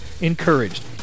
encouraged